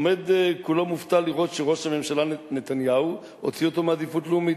עומד כולו מופתע לראות שראש הממשלה נתניהו הוציא אותו מעדיפות לאומית,